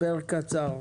הסבר קצר.